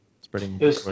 spreading